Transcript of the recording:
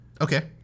Okay